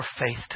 faith